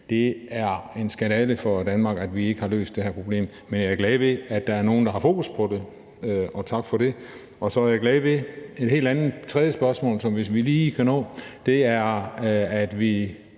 Det er en skandale for Danmark, at vi ikke har løst det her problem, men jeg er glad for, at der er nogle, der har fokus på det – og tak for det. Så er der en helt anden eller tredje ting, jeg er glad for, hvis